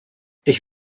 ich